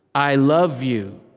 i love you.